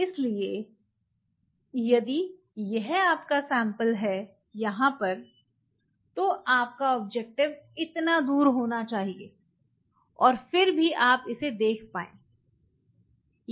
इसलिए यदि यह आपका सैंपल यहाँ है तो आपका ऑब्जेक्टिव इतना दूर होना चाहिए और फिर भी आप इसे देख पाएंगे